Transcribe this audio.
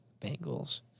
Bengals